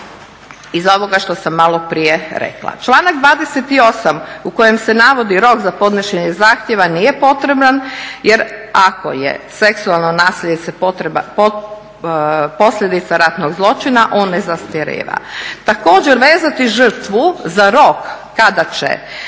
iz ovoga što sam maloprije rekla. Članak 28. u kojem se navodi rok za podnošenje zahtjeva nije potreban jer ako je seksualno nasilje se posljedica ratnog zločina, on ne zastarijeva. Također, vezati žrtvu za rok kada će